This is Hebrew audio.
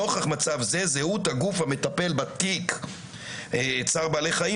נוכח מצב זה זהות הגוף המטפל בתיק צער בעלי חיים